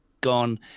gone